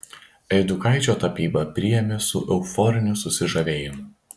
eidukaičio tapybą priėmė su euforiniu susižavėjimu